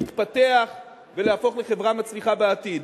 להתפתח ולהפוך לחברה מצליחה בעתיד.